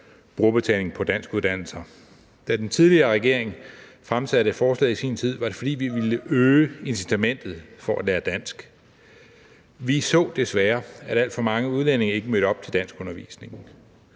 brugerbetaling på danskuddannelser. Da den tidligere regering fremsatte forslaget i sin tid, var det, fordi vi ville øge incitamentet til at lære dansk. Vi så desværre, at alt for mange udlændinge ikke mødte op til danskundervisningen.